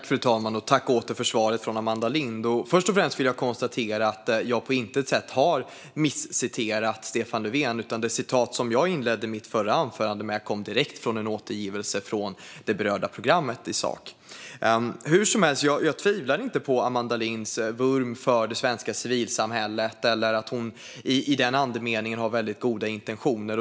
Fru talman! Tack återigen för svaret från Amanda Lind! Först och främst vill jag konstatera att jag på intet sätt har felciterat Stefan Löfven, utan det citat jag inledde mitt förra anförande med kom direkt från ett återgivande av det berörda programmet i sak. Hur som helst tvivlar jag inte på Amanda Linds vurm för det svenska civilsamhället eller på att hon i den meningen har väldigt goda intentioner.